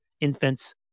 infants